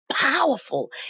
powerful